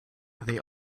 they